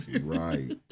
Right